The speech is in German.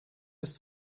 ist